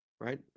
right